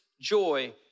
joy